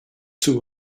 two